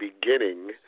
beginning